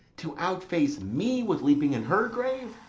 to outface me with leaping in her grave?